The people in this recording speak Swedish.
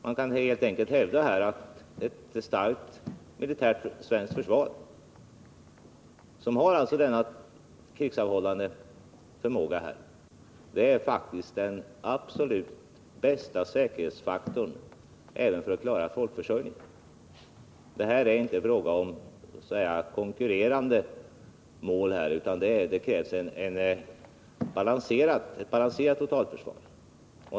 Man kan helt enkelt hävda att ett starkt militärt svenskt försvar, som alltså har denna krigsavhållande förmåga, är den absolut bästa säkerhetsfaktorn även för att klara folkförsörjningen. Det är inte fråga om konkurrerande mål här, utan det krävs ett balanserat totalförsvar.